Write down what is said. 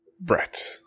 Brett